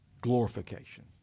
Glorification